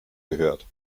gehört